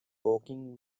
working